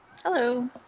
Hello